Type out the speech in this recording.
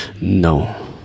no